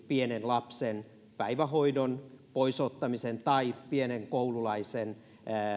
pienen lapsen päivähoidosta pois ottamiseen tai pienen koululaisen